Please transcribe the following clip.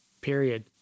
period